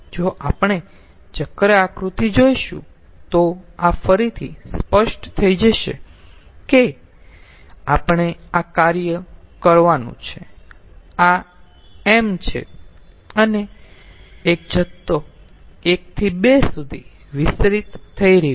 જો આપણે ચક્ર આકૃતિ જોઈશું તો આ ફરીથી સ્પષ્ટ થઈ જશે કે આપણે આ કાર્ય કરવાનું છે આ ṁ છે અને એક જથ્થો 1 થી 2 સુધી વિસ્તરિત થઈ રહ્યો છે